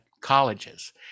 colleges